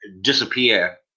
disappear